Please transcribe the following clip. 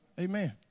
Amen